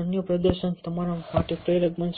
અન્ય પ્રદર્શન તમારા માટે પ્રેરક બનશે